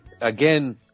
again